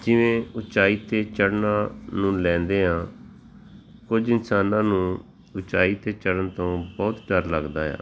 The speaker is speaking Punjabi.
ਜਿਵੇਂ ਉਚਾਈ 'ਤੇ ਚੜ੍ਹਨਾ ਨੂੰ ਲੈਂਦੇ ਹਾਂ ਕੁਝ ਇਨਸਾਨਾਂ ਨੂੰ ਉਚਾਈ 'ਤੇ ਚੜ੍ਹਨ ਤੋਂ ਬਹੁਤ ਡਰ ਲੱਗਦਾ ਆ